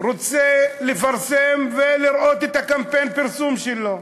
רוצה לפרסם ולראות את קמפיין הפרסום שלו.